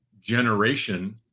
generation